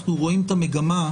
אנחנו רואים את המגמה,